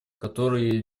который